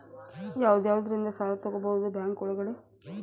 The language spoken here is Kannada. ಯಾವ್ಯಾವುದರಿಂದ ಸಾಲ ತಗೋಬಹುದು ಬ್ಯಾಂಕ್ ಒಳಗಡೆ?